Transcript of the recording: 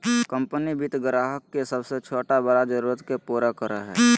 company वित्त ग्राहक के सब छोटा बड़ा जरुरत के पूरा करय हइ